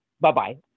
Bye-bye